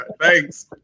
thanks